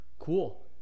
Cool